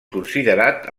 considerat